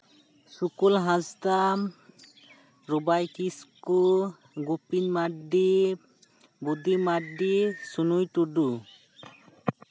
Sukul Hansda Robai Kisku Gupin Mardi Budi Mardi Sunui Tudu